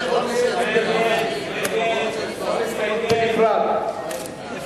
חוק ביטוח בריאות ממלכתי (תיקון מס' 41) (בריאות הנפש),